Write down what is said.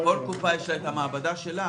לכל קופה יש מעבדה משלה.